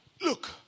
Look